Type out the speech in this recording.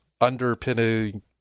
underpinning